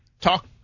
talk –